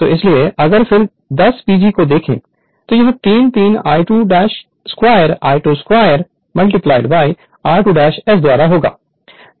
तो इसलिए अगर फिगर 10 PG को देखें तो यह 3 3 I22I2 2 r2 S द्वारा होगा